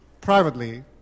privately